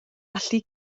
allu